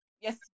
yes